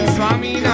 Swami